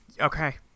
Okay